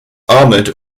armoured